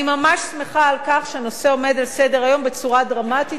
אני ממש שמחה על כך שהנושא עומד על סדר-היום בצורה דרמטית,